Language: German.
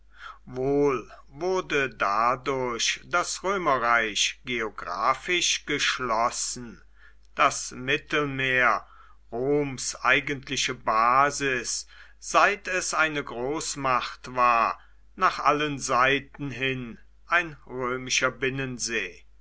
wohl wurde dadurch das römerreich geographisch geschlossen das mittelmeer roms eigentliche basis seit es eine großmacht war nach allen seiten hin ein römischer binnensee